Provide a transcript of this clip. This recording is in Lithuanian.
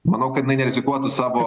manau kad jinai nerizikuotų savo